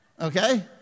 Okay